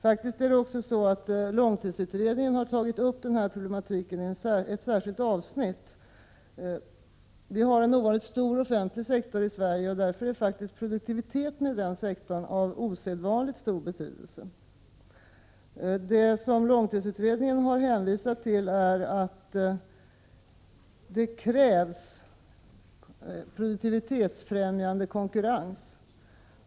Långtidsutredningen har faktiskt tagit upp den här problematiken i ett |— särskilt avsnitt. Vi har en ovanligt stor offentlig sektor i Sverige. Produktiviteten i den sektorn är därför av osedvanligt stor betydelse. Långtidsutredningen har hänvisat till att det krävs produktivitetsfrämjande konkurrens.